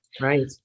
Right